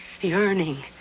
yearning